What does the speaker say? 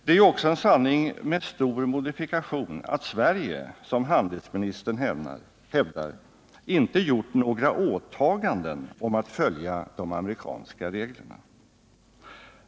Det är också en sanning med stor modifikation att Sverige, som handelsministern hävdar, ”inte gjort några åtaganden” att följa de amerikanska reglerna.